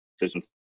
decisions